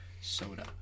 soda